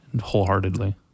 wholeheartedly